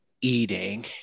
eating